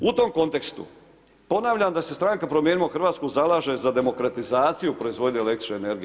U tom kontekstu, ponavljam da se stranka Promijenimo Hrvatsku, zalaže za demokratizaciju proizvodnje el. energije.